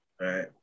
Right